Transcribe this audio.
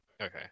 Okay